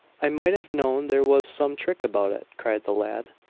i might have known there was some trick about it! cried the lad.